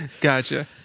gotcha